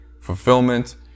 fulfillment